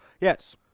Yes